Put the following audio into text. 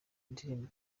ndirimbo